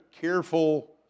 careful